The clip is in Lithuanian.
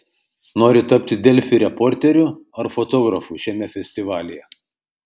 nori tapti delfi reporteriu ar fotografu šiame festivalyje